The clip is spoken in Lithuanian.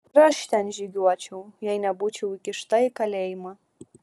ir aš ten žygiuočiau jei nebūčiau įkišta į kalėjimą